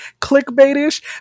clickbaitish